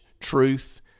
truth